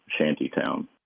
Shantytown